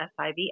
SIV